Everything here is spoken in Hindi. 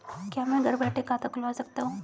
क्या मैं घर बैठे खाता खुलवा सकता हूँ?